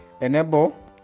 enable